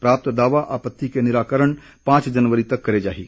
प्राप्त दावों आपत्तियों का निराकरण पांच जनवरी तक किया जाएगा